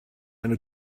eine